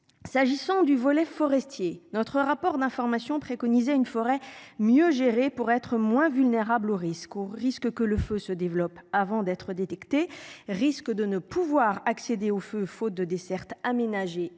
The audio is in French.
S'agissant du volet forestier notre rapport d'information préconisé une forêt mieux gérer pour être moins vulnérable aux risques au risque que le feu se développe avant d'être détectés risquent de ne pouvoir accéder au feu faute de desserte aménagé et